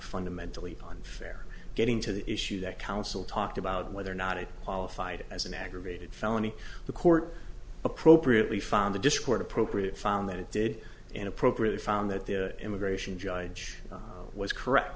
fundamentally unfair getting to the issue that counsel talked about whether or not it qualified as an aggravated felony the court appropriately found the dischord appropriate found that it did inappropriate found that the immigration judge was correct